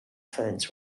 phones